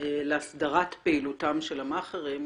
להסדרת פעילותם של המאכערים,